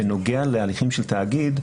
בנוגע להליכים של תאגיד,